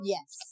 Yes